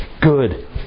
good